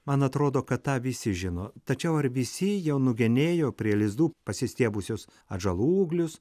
man atrodo kad tą visi žino tačiau ar visi jau nugenėjo prie lizdų pasistiebusios atžalų ūglius